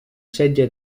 setge